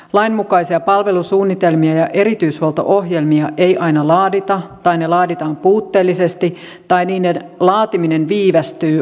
lainmukaisia palvelusuunnitelmia ja erityishuolto ohjelmia ei aina laadita tai ne laaditaan puutteellisesti tai niiden laatiminen viivästyy aiheettomasti